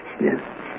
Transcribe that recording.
Yes